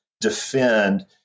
defend